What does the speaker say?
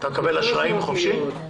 אתה מקבל אשראים חופשי?